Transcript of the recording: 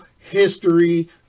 history